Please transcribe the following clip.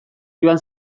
joan